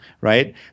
right